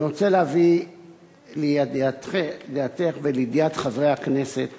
אני רוצה להביא לידיעתך ולידיעת חברי הכנסת